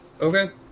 Okay